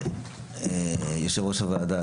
יושב-ראש הוועדה,